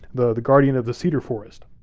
the the guardian of the cedar forest.